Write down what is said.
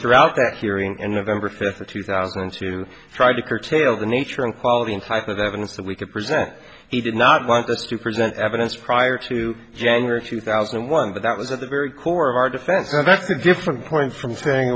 throughout that hearing in november fifth two thousand and two tried to curtail the nature and quality and type of evidence that we could present he did not want us to present evidence prior to january two thousand and one but that was at the very core of our defense that the different points from sayin